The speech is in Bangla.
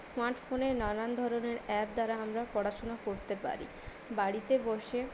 স্মার্ট ফোনে নানান ধরনের অ্যাপ দ্বারা আমরা পড়াশোনা করতে পারি বাড়িতে বসে